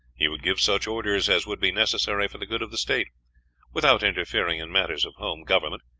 he would give such orders as would be necessary for the good of the state without interfering in matters of home government,